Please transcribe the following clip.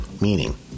Meaning